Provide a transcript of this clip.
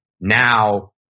Now